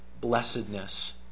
blessedness